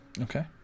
Okay